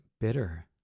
bitter